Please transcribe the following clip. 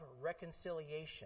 reconciliation